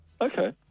Okay